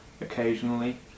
occasionally